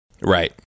Right